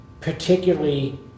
particularly